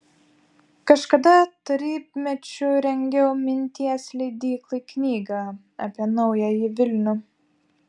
kažkada tarybmečiu rengiau minties leidyklai knygą apie naująjį vilnių